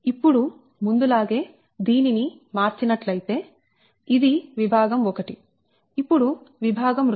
ఇప్పుడు ముందులాగే దీనిని మార్చినట్లయితే ఇది విభాగం 1 ఇప్పుడు విభాగం 2 లో ఇది c a b